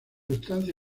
estancia